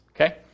Okay